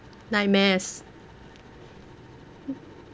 nightmares